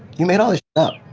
you made all this up.